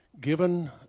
given